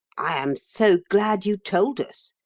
i am so glad you told us,